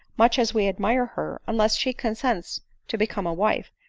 much as we admire her, unless she consents to become a wife,